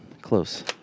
Close